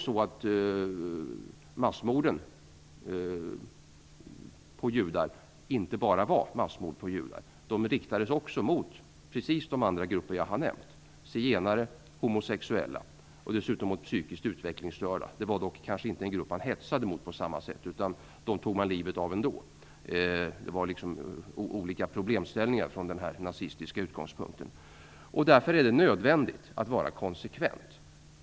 Men massmorden riktades ju inte bara mot judar, utan också mot just de grupper jag här har nämnt; zigenare och homosexuella. Dessutom riktades de mot psykiskt utvecklingsstörda - även om detta kanske inte var en grupp som man hetsade mot på samma sätt som mot de andra. Man tog livet av dem ändå. Det var liksom fråga om olika problemställningar från den nazistiska utgångspunkten. Därför är det nödvändigt att vara konsekvent.